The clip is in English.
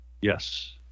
Yes